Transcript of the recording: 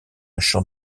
chant